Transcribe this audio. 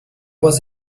was